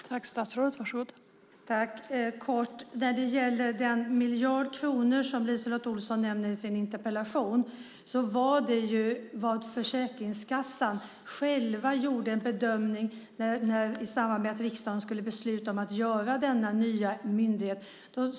Fru talman! När det gäller den miljard kronor som LiseLotte Olsson nämner i sin interpellation var det den bedömning som försäkringskassorna själva gjorde i samband med att riksdagen skulle besluta om att skapa denna nya myndighet.